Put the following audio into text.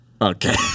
Okay